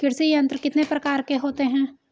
कृषि यंत्र कितने प्रकार के होते हैं?